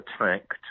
attacked